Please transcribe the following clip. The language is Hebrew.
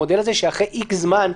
המודל שאומר שאחרי זמן מסוים,